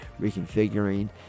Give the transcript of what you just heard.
reconfiguring